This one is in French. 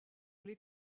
les